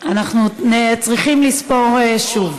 אנחנו צריכים לספר שוב.